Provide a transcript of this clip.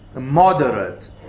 moderate